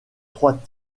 trois